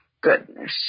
Goodness